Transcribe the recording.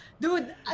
Dude